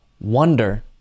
wonder